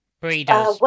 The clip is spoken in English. breeders